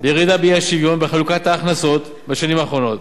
לירידה באי-שוויון בחלוקת ההכנסות בשנים האחרונות.